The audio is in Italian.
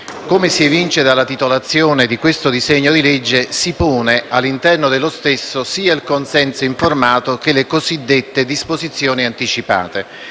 Come si evince dalla titolazione di questo disegno di legge, si pone, all'interno dello stesso, sia il consenso informato che le cosiddette disposizioni anticipate.